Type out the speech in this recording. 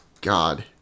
God